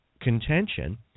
contention